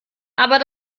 aber